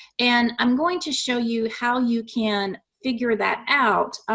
and i'm going to show you how you can figure that out.